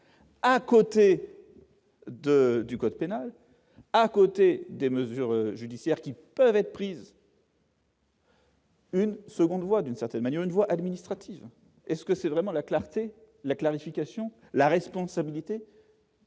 à côté de du code pénal, à côté des mesures judiciaires qui peuvent être prises. Une seconde voie, d'une certaine manière, une voie administrative est-ce que c'est vraiment la clarté, la clarification, la responsabilité,